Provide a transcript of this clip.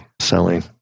selling